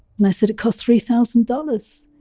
and i said it cost three thousand dollars.